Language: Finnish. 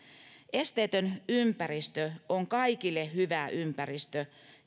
esteetön ympäristö on kaikille hyvä ympäristö